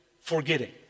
forgetting